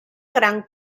gran